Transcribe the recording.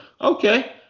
okay